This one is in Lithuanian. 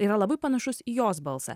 yra labai panašus į jos balsą